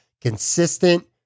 consistent